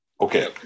Okay